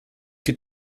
die